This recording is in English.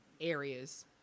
areas